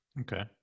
Okay